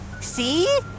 See